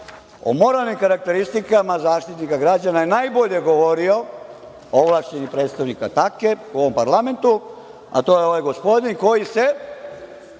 O moralnim karakteristika Zaštitnika građana je najbolje govorio ovlašćeni predstavnik Atake u ovom parlamentu, a to je ovaj gospodin koji se